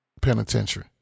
penitentiary